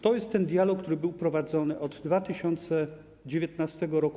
To jest ten dialog, który był prowadzony od 2019 r.